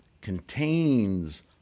contains